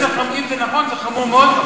מקובל עלי, אם זה נכון זה חמור מאוד.